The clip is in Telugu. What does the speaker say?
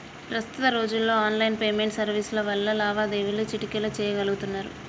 ప్రస్తుత రోజుల్లో ఆన్లైన్ పేమెంట్ సర్వీసుల వల్ల లావాదేవీలు చిటికెలో చెయ్యగలుతున్నరు